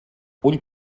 ull